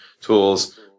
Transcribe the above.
tools